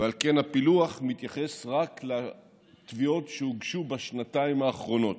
ועל כן הפילוח מתייחס רק לתביעות שהוגשו בשנתיים האחרונות.